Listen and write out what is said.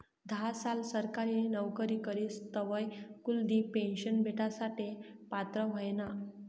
धा साल सरकारी नवकरी करी तवय कुलदिप पेन्शन भेटासाठे पात्र व्हयना